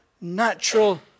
natural